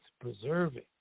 preserving